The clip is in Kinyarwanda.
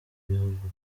w’ibihugu